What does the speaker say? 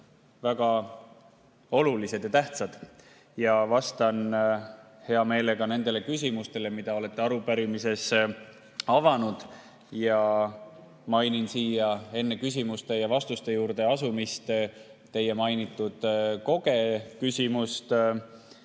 väga olulised ja tähtsad. Vastan hea meelega nendele küsimustele, mida olete arupärimises avanud. Mainin enne küsimuste ja vastuste juurde asumist teie mainitud koge küsimust.